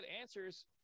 answers